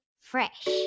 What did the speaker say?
Fresh